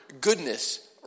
goodness